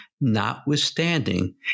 notwithstanding